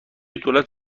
دولت